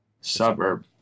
suburb